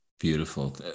beautiful